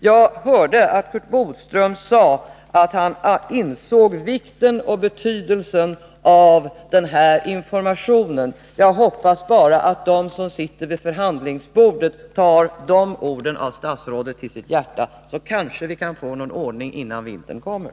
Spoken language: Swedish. Jag hörde att Curt Boström sade att han insåg vikten och betydelsen av den här informationen. Jag hoppas bara att de som sitter vid förhandlingsbordet tar de orden av statsrådet till sitt hjärta, så att vi kan få någon ordning innan vintern kommer.